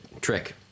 trick